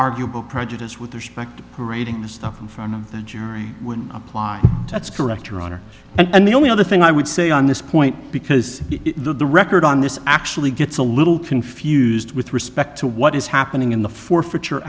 arguable prejudice with respect to parading the stuff in front of the jury would apply that's correct your honor and the only other thing i would say on this point because of the record on this actually gets a little confused with respect to what is happening in the for